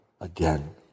again